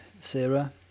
Sarah